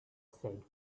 said